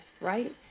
right